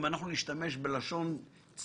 אם אנחנו נשתמש בלשון צבאית-ציורית,